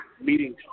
meeting